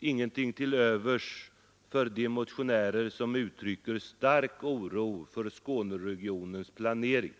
ingenting till övers för de motionärer som uttrycker stark oro för Skåneregionens planering.